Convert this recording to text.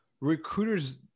recruiters